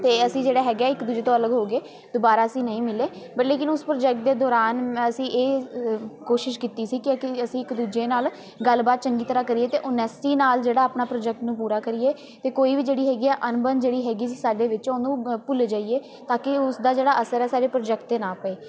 ਅਤੇ ਅਸੀਂ ਜਿਹੜਾ ਹੈਗਾ ਇੱਕ ਦੂਜੇ ਤੋਂ ਅਲੱਗ ਹੋ ਗਏ ਦੁਬਾਰਾ ਅਸੀਂ ਨਹੀਂ ਮਿਲੇ ਬਟ ਲੇਕਿਨ ਉਸ ਪ੍ਰੋਜੈਕਟ ਦੇ ਦੌਰਾਨ ਅਸੀਂ ਇਹ ਕੋਸ਼ਿਸ਼ ਕੀਤੀ ਸੀ ਕਿ ਕਿ ਅਸੀਂ ਇੱਕ ਦੂਜੇ ਨਾਲ਼ ਗੱਲਬਾਤ ਚੰਗੀ ਤਰ੍ਹਾਂ ਕਰੀਏ ਅਤੇ ਓਨੈਸਟੀ ਨਾਲ਼ ਜਿਹੜਾ ਆਪਣਾ ਪ੍ਰੋਜੈਕਟ ਨੂੰ ਪੂਰਾ ਕਰੀਏ ਅਤੇ ਕੋਈ ਵੀ ਜਿਹੜੀ ਹੈਗੀ ਆ ਅਣਬਣ ਜਿਹੜੀ ਹੈਗੀ ਸੀ ਸਾਡੇ ਵਿੱਚ ਉਹਨੂੰ ਭੁੱਲ ਜਾਈਏ ਤਾਂ ਕਿ ਉਸਦਾ ਜਿਹੜਾ ਅਸਰ ਹੈ ਸਾਡੇ ਪ੍ਰੋਜੈਕਟ 'ਤੇ ਨਾ ਪਏ